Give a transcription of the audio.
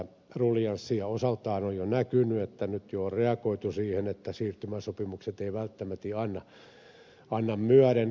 osaltaan on jo näkynyt että nyt jo on reagoitu siihen että siirtymäsopimukset eivät välttämäti anna myöden kaikissa